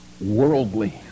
worldly